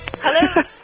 Hello